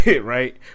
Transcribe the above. right